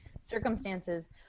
circumstances